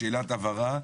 שאלת הבהרה.